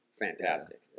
Fantastic